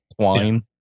twine